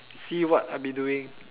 see what I'll be doing